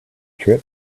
trip